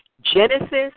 Genesis